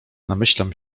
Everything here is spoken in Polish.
namyślam